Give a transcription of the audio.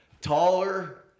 Taller